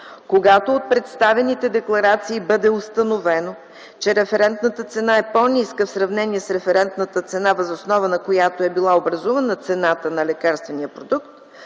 Когато от представените декларации бъде установено, че референтната цена е по-ниска в сравнение н референтната цена, въз основа на която е била образувана цената на лекарствения продукт,